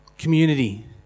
Community